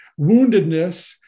woundedness